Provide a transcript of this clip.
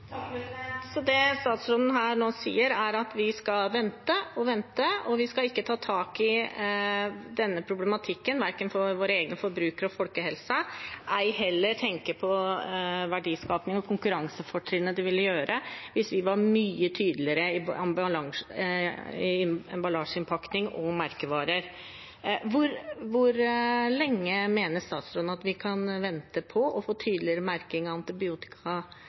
Så det statsråden sier her nå, er at vi skal vente og vente og ikke ta tak i denne problematikken, verken for våre egne forbrukere eller for folkehelsen, og ei heller tenke på verdiskapingen og konkurransefortrinnet det ville gi hvis vi var mye tydeligere i emballasjeinnpakning og merkevarer. Hvor lenge mener statsråden at vi kan vente på å få tydeligere merking av antibiotika